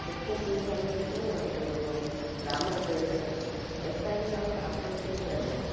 ಕೃಷ್ಣ ತುಳಸಿ ಅಂದುಬಿಟ್ಟು ಒಂದು ರಾಮ ತುಳಸಿ ಅಂದುಬಿಟ್ಟು ಹೆಚ್ಚಾಗಿ ನಾವು ರಾಮ ತುಳಸೀನೇ ಬೆಳೆಸೋದು